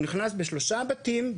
הוא נכנס בשלושה בתים,